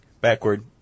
backward